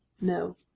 No